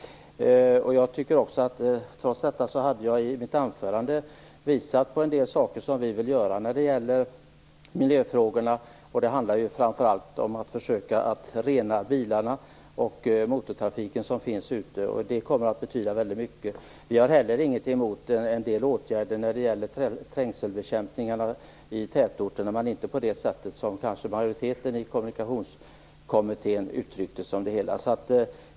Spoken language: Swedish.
Jag har i mitt anförande trots allt visat på en del saker som vi vill göra när det gäller miljöfrågorna. Det handlar framför allt om att försöka rena bilarna och motortrafiken. Det kommer att betyda väldigt mycket. Vi har inte heller något emot en del åtgärder när det gäller trängselbekämpning i tätorter, men vi vill kanske inte göra det på det sätt som majoriteten i Kommunikationskommittén har uttryckt det hela.